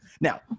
Now